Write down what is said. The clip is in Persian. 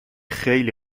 خیلی